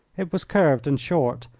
it was curved and short,